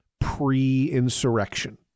pre-insurrection